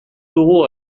dugu